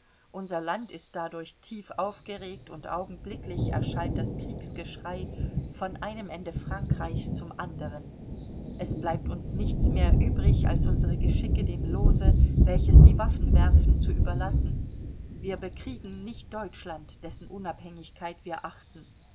unser land ist dadurch tief aufgeregt und augenblicklich erschallt das kriegsgeschrei von einem ende frankreichs zum andern es bleibt uns nichts mehr übrig als unsere geschicke dem lose welches die waffen werfen zu überlassen wir bekriegen nicht deutschland dessen unabhängigkeit wir achten